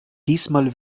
diesmal